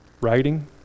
Writing